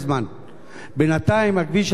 בינתיים הכביש הזה לא עביר,